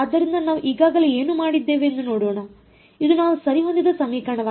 ಆದ್ದರಿಂದ ನಾವು ಈಗಾಗಲೇ ಏನು ಮಾಡಿದ್ದೇವೆ ಎಂದು ನೋಡೋಣ ಇದು ನಾವು ಸರಿಹೊಂದಿದ ಸಮೀಕರಣವಾಗಿದೆ